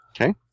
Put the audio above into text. Okay